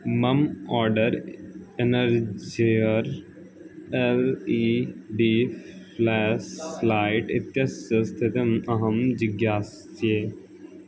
मम order Energizer L E D flash light इत्यस्य स्थितिम् अहं जिज्ञासे